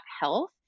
health